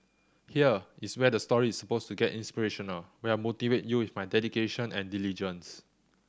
here is where the story is suppose to get inspirational where I motivate you with my dedication and diligence